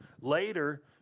Later